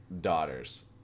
daughters